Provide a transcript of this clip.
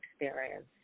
experience